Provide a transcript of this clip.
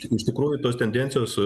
iš tikrųjų tos tendencijos